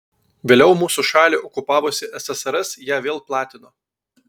vėliau mūsų šalį okupavusi ssrs ją vėl platino